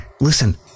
Listen